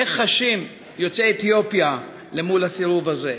איך חשים יוצאי אתיופיה אל מול הסירוב הזה?